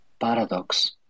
paradox